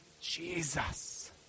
Jesus